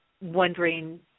wondering